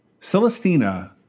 Celestina